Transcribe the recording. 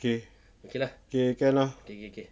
okay can lah